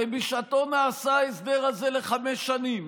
הרי בשעתו נעשה ההסדר הזה לחמש שנים.